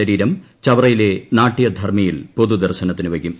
ശരീരം ചവറയിലെ നാട്യധർമ്മിയിൽ പൊതുദർശനത്തിന് വയ്ക്കും